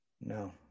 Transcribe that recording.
No